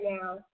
now